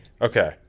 okay